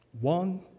One